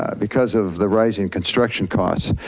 because of the rising construction cost.